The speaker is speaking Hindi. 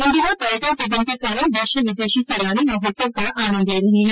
इन दिनों पर्यटन सीजन के कारण देशी विदेशी सैलानी महोत्सव का आनंद ले रहे है